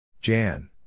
Jan